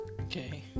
Okay